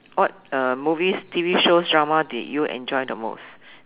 what uh movies T_V shows drama did you enjoy the most